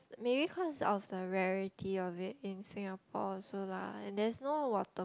maybe because of the rarity of it in Singapore also lah and there's no water